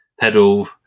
pedal